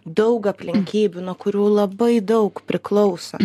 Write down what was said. daug aplinkybių nuo kurių labai daug priklauso